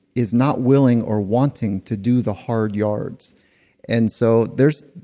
is not willing or wanting to do the hard yards and so there's,